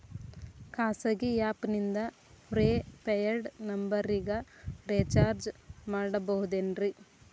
ಖಾಸಗಿ ಆ್ಯಪ್ ನಿಂದ prepaid ನಂಬರಿಗ ರೇಚಾರ್ಜ್ ಮಾಡಬಹುದೇನ್ರಿ?